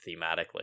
thematically